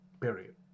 period